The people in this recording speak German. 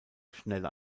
schnell